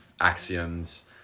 axioms